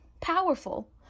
powerful